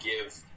give